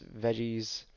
veggies